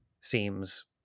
seems